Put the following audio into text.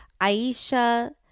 Aisha